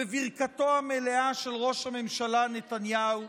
בברכתו המלאה של ראש הממשלה בנימין נתניהו,